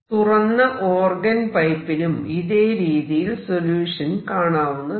തുറന്ന ഓർഗൻ പൈപ്പിനും ഇതേ രീതിയിൽ സൊല്യൂഷൻ കാണാവുന്നതാണ്